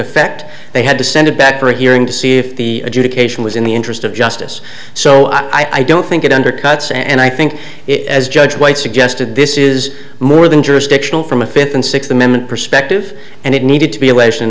effect they had to send it back for a hearing to see if the adjudication was in the interest of justice so i don't think it undercuts and i think it as judge white suggested this is more than jurisdictional from a fifth and sixth amendment perspective and it needed to be